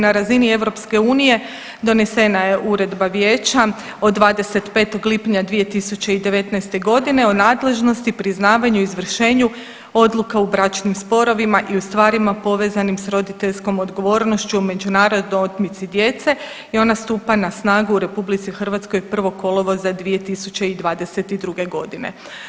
Na razini EU donesena je Uredba Vijeća od 25. lipnja 2019. godine o nadležnosti, priznavanju i izvršenju odluka u bračnim sporovima i u stvarima povezanim sa roditeljskom odgovornošću, o međunarodnoj otmici djece i ona stupa na snagu u Republici Hrvatskoj 1. kolovoza 2022. godine.